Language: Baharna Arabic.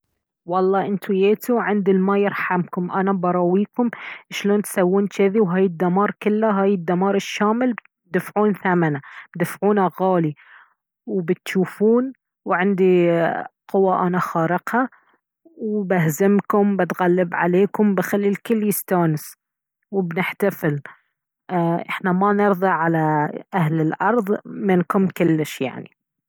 والله انتو ييتو عند الي ما يرحمكم انا براويكم اشلون تسوون جذي وهاي الدمار كله هاي الدمار الشامل بدفعون ثمنه بدفعونه غالي وبتشوفون وعندي قوة انا خارقة وبهزمكم بتغلب عليكم بخلي الكل يستانس وبنحتفل احنا ما نرضى على اهل الارض منكم كلش يعني